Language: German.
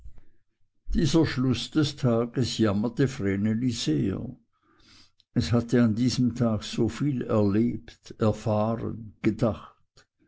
dieser schluß des tages jammerte vreneli sehr es hatte an diesem tage so viel erlebt erfahren gedacht